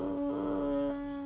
uh